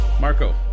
Marco